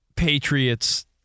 Patriots